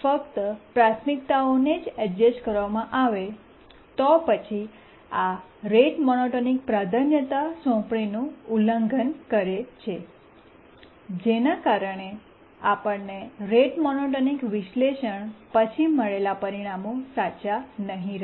ફક્ત પ્રાથમિકતાઓને અડ્જસ્ટ કરવામાં આવે તો પછી આ રેટ મોનોટોનિક પ્રાધાન્યતા સોંપણીનું ઉલ્લંઘન કરે છે જેના કારણે આપણને રેટ મોનોટોનિક વિશ્લેષણ પછી મળેલા પરિણામો સાચા નહીં રહે